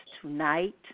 tonight